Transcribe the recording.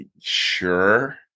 sure